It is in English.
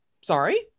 sorry